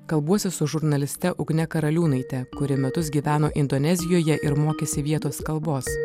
kalbuosi su žurnaliste ugne karaliūnaite kuri metus gyveno indonezijoje ir mokėsi vietos kalbos